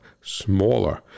smaller